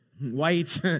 White